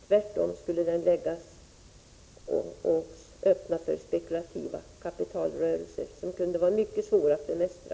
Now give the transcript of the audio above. Tvärtom skulle det lägga Sverige öppet för spekulativa kapitalrörelser som kunde vara mycket svåra att bemästra.